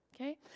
Okay